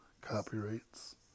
copyrights